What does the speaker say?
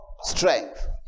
strength